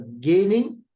gaining